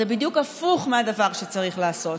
זה בדיוק הפוך מהדבר שצריך לעשות.